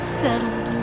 settled